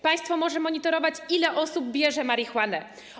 Państwo może monitorować, ile osób bierze marihuanę.